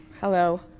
Hello